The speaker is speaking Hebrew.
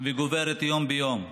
שגוברת מיום ליום.